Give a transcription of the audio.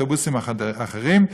אוטובוסים אחרים,